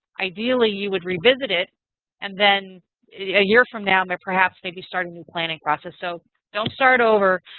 ideally you would revisit it and then a year from now but perhaps maybe start a new planning process. so don't start over.